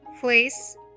place